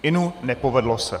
Inu, nepovedlo se.